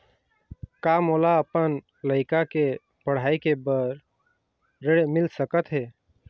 का मोला अपन लइका के पढ़ई के बर ऋण मिल सकत हे?